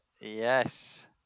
Yes